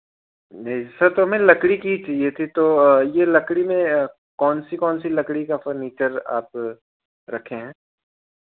नहीं सर तो हमें लकड़ी की ही चाहिए थी तो यह लकड़ी में कौनसी कौनसी लकड़ी का फर्निचर आप रखे हैं